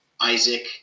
Isaac